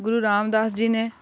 ਗੁਰੂ ਰਾਮਦਾਸ ਜੀ ਨੇ